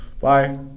Bye